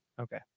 okay